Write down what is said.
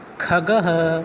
खगः